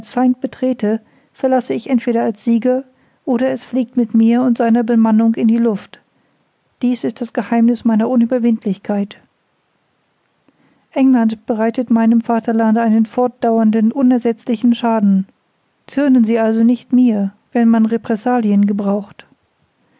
feind betrete verlasse ich entweder als sieger oder es fliegt mit mir und seiner bemannung in die luft dies ist das geheimniß meiner unüberwindlichkeit england bereitet meinem vaterlande einen fortdauernden unersetzlichen schaden zürnen sie also nicht mir wenn man repressalien gebraucht